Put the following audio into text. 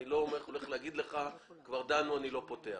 אני לא אומר לך שכבר דנו ואני לא פותח.